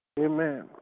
Amen